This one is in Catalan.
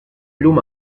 llum